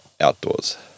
outdoors